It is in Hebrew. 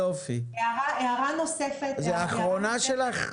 זו ההערה האחרונה שלך?